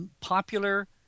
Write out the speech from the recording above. popular –